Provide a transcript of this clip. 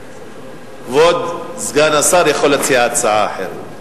כבוד סגן השר יכול להציע הצעה אחרת,